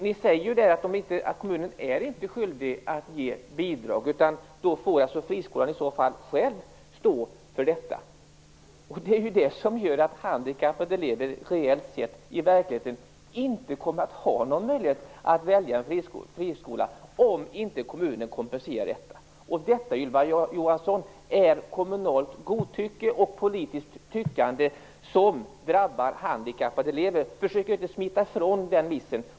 Ni säger att kommunen inte är skyldig att ge bidrag. I stället får alltså friskolan själv stå för detta. Det gör ju att handikappade elever reellt sett inte kommer att ha någon möjlighet att välja friskola eftersom kommunen inte kompenserar friskolan. Detta är, Ylva Johansson, kommunalt godtycke och politiskt tyckande som drabbar handikappade elever. Försök inte smita ifrån det misstaget.